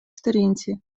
сторінці